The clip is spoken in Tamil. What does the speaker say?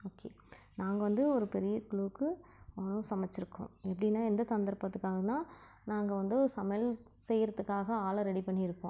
ஓகே நாங்கள் வந்து ஒரு பெரிய குழுவுக்கு சமைச்சுருக்கோம் எப்படின்னா எந்த சந்தர்ப்பத்துக்காகன்னா நாங்கள் வந்து ஒரு சமையல் செய்யறதுக்காக ஆளை ரெடி பண்ணியிருக்கோம்